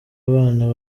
abana